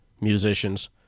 musicians